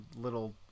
little